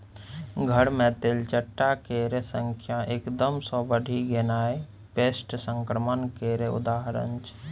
घर मे तेलचट्टा केर संख्या एकदम सँ बढ़ि गेनाइ पेस्ट संक्रमण केर उदाहरण छै